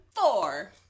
Four